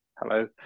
hello